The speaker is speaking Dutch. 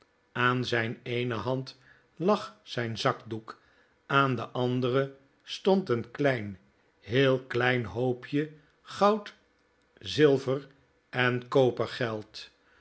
aan zijn eene hand lag zijn zakdoek aan de andere stond een klein heel klein hoopje goud zilver en